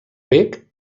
bec